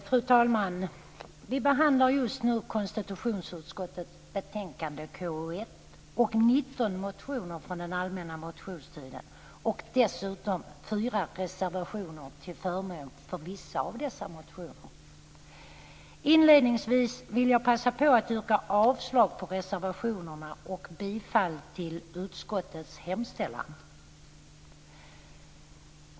Fru talman! Vi behandlar just nu konstitutionsutskottets betänkande KU1 och 19 motioner från den allmänna motionstiden. Dessutom gäller det fyra reservationer till förmån för vissa av dessa motioner. Inledningsvis vill jag passa på att yrka avslag på reservationerna och bifall till utskottets hemställan.